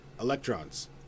electrons